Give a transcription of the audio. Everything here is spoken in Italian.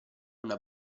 una